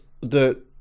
the-